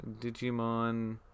Digimon